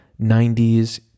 90s